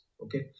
okay